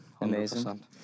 amazing